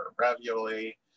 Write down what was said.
ravioli